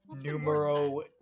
numero